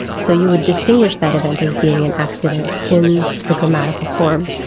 so you would distinguish that event as being an accident in the grammatical form.